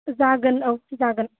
जागोन औ जागोन